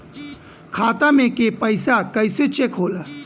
खाता में के पैसा कैसे चेक होला?